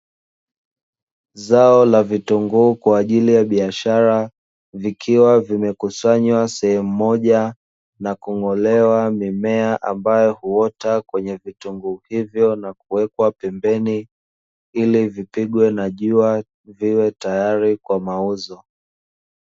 Zao la vitunguu kwa ajili ya biashara vikiwa vimekusanywa sehemu moja na kung'olewa mimea ambayo huota kwenye vitunguu hivyo na kuwekwa pembeni, ili vipigwe na jua viwe tayari kwa mauzo.